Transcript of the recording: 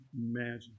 imagine